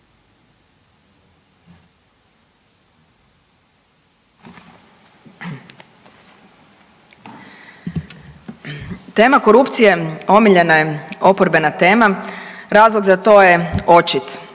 Tema korupcije omiljena je oporbena tema. Razlog za to je očit.